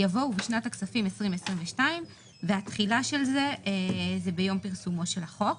יבוא "ובשנת הכספים 2022". התחילה של זה היא ביום פרסומו של החוק.